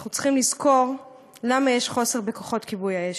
אנחנו צריכים לזכור למה יש חוסר בכוחות כיבוי האש.